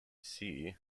she